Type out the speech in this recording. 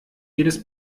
jedes